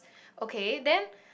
okay then